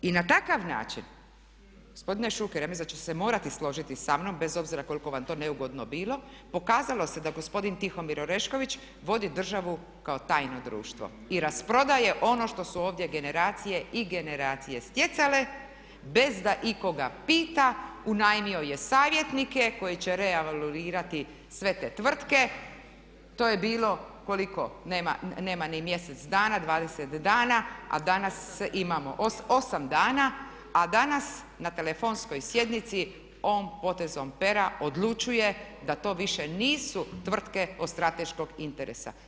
I na takav način, gospodine Šuker ja mislim da ćete se morati složiti samnom bez obzira koliko vam to neugodno bilo, pokazalo se da gospodin Tihomir Orešković vodi državu kao tajno društvo i rasprodaje ono što su ovdje generacije i generacije stjecale bez da ikoga pita, unajmio je savjetnike koji će … sve te tvrtke, to je bilo, koliko, nema ni mjesec dana, 20 dana a danas imamo, 8 dana, a danas na telefonskoj sjednici on potezom pera odlučuje da to više nisu tvrtke od strateškog interesa.